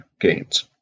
gains